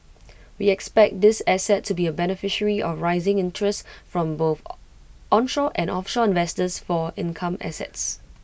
we expect this asset to be A beneficiary of rising interests from both onshore and offshore investors for income assets